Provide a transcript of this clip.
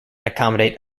accommodate